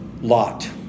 Lot